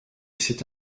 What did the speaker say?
cet